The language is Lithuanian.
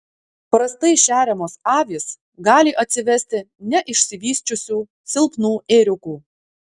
prastai šeriamos avys gali atsivesti neišsivysčiusių silpnų ėriukų